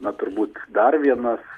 na turbūt dar vienas